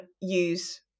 use